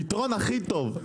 פתרון הכי טוב.